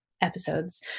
episodes